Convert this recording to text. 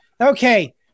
Okay